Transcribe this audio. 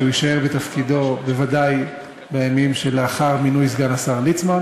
שיישאר בתפקידו בוודאי בימים שלאחר מינוי סגן השר ליצמן,